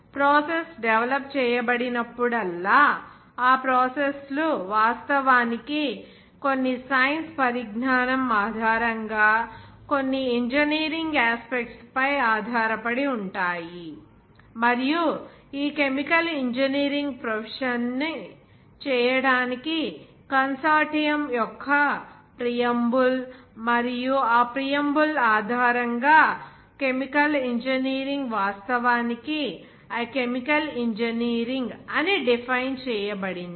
process develop చేయబడినప్పుడల్లా ఆ process లు వాస్తవానికి కొన్ని సైన్స్ పరిజ్ఞానం ఆధారంగా కొన్ని ఇంజనీరింగ్ యాస్పెక్ట్స్ పై ఆధారపడి ఉంటాయి మరియు ఈ కెమికల్ ఇంజనీరింగ్ ప్రొఫెషన్ ని చేయడానికి కన్సార్టియం యొక్క ప్రియంబుల్ మరియు ఆ ప్రియంబుల్ ఆధారంగా కెమికల్ ఇంజనీరింగ్ వాస్తవానికి ఆ కెమికల్ ఇంజనీరింగ్ అని డిఫైన్ చేయబడింది